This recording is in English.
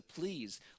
please